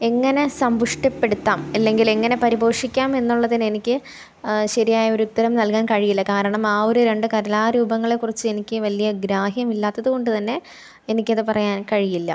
എങ്ങനെ സമ്പുഷ്ടിപ്പെടുത്താം അല്ലെങ്കിൽ എങ്ങനെ പരിപോഷിക്കാം എന്നുള്ളതിന് എനിക്ക് ശരിയായ ഒരു ഉത്തരം നൽകാൻ കഴിയില്ല കാരണം ആ ഒരു രണ്ട് കലാരൂപങ്ങളെ കുറിച്ച് എനിക്ക് വലിയ ഗ്രാഹ്യമില്ലാത്തത് കൊണ്ട് തന്നെ എനിക്കത് പറയാൻ കഴിയില്ല